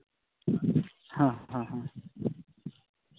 ᱦᱮᱸ ᱦᱮᱸ